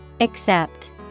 Accept